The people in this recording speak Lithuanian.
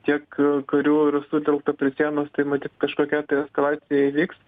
tiek karių yra sutelkta prie sienos tai matyt kažkokia tai eskalacija įvyks